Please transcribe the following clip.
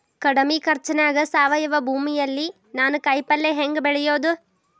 ಕಡಮಿ ಖರ್ಚನ್ಯಾಗ್ ಸಾವಯವ ಭೂಮಿಯಲ್ಲಿ ನಾನ್ ಕಾಯಿಪಲ್ಲೆ ಹೆಂಗ್ ಬೆಳಿಯೋದ್?